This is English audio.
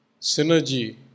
synergy